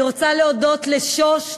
אני רוצה להודות לשוש,